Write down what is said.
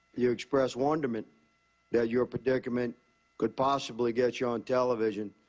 you expressed wonderment that your predicament could possibly get you on television.